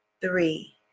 three